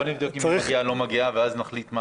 בואו נבדוק אם היא מגיעה או לא מגיעה ואז נחליט.